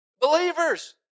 Believers